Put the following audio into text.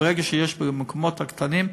ברגע שיש במקומות הקטנים,